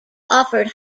offered